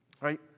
Right